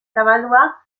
zabaldua